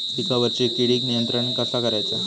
पिकावरची किडीक नियंत्रण कसा करायचा?